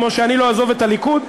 כמו שאני לא אעזוב את הליכוד,